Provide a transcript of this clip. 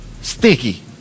sticky